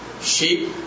sheep